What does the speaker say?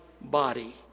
body